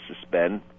suspend